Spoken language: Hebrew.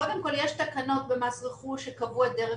קודם כל יש תקנות במס רכוש שקבעו את דרך